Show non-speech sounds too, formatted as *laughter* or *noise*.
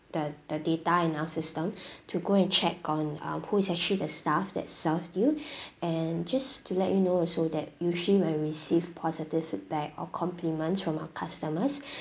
the the data in our system *breath* to go and check on um who is actually the staff that served you and just to let you know also that usually when we receive positive feedback or compliments from our customers